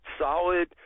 solid